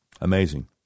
Amazing